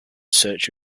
search